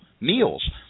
meals